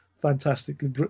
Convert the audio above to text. Fantastically